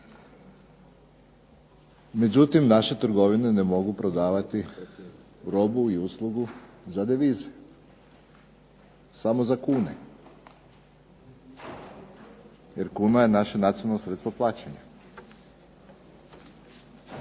Međutim, naše trgovine ne mogu prodavati robu i uslugu za devize, samo za kune. Jer kuna je naše nacionalno sredstvo plaćanja.